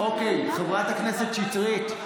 חברת הכנסת שטרית,